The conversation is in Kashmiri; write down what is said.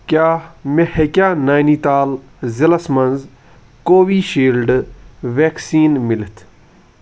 کیٛاہ مےٚ ہیٚکیا نٔنی تال ضلعس مَنٛز کووِشیٖلڈ ویکسیٖن مِلِتھ